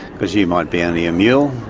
because you might be only a mule,